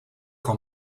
come